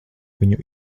viņu